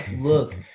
look